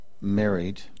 married